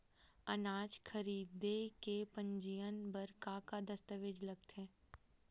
अनाज खरीदे के पंजीयन बर का का दस्तावेज लगथे?